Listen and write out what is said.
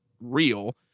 real